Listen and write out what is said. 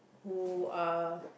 who are